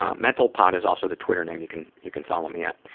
ah mentalpod is also the twitter name you can you can follow me at.